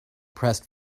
pressed